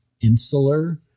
insular